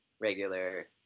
regular